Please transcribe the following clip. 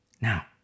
Now